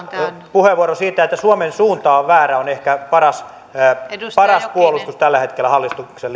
puheenvuoro siitä että suomen suunta on väärä on ehkä paras puolustus tällä hetkellä hallituksen